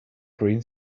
green